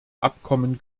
abkommen